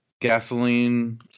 gasoline